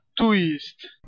twist